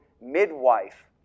midwife